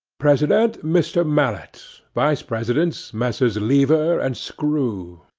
president mr. mallett. vice-presidents messrs. leaver and scroo.